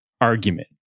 argument